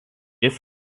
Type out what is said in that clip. jis